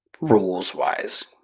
rules-wise